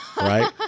right